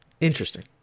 Interesting